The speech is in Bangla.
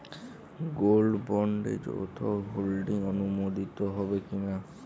গোল্ড বন্ডে যৌথ হোল্ডিং অনুমোদিত হবে কিনা?